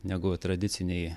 negu tradicinėj